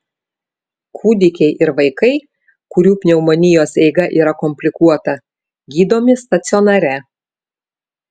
kūdikiai ir vaikai kurių pneumonijos eiga yra komplikuota gydomi stacionare